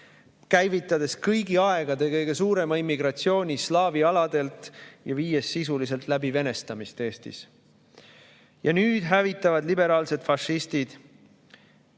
käivitades kõigi aegade kõige suurema immigratsiooni slaavi aladelt ja viies sisuliselt läbi venestamist Eestis. Nüüd hävitavad liberaalsed fašistid